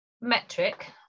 metric